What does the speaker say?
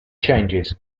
changes